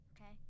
okay